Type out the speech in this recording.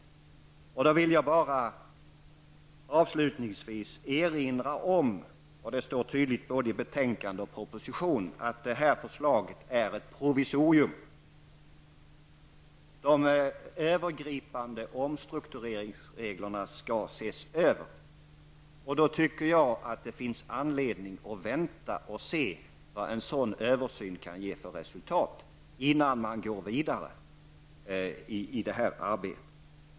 Avslutningsvis vill jag då bara erinra om -- och det står tydligt och klart uttryckt i både betänkandet och propositionen -- att detta förslag är ett provisorium. De övergripande omstruktureringsreglerna skall ses över. Det finns därför anledning att vänta och se vad en sådan översyn kan ge för resultat innan man går vidare i detta arbete.